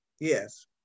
Yes